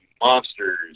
monsters